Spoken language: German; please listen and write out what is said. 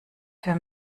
für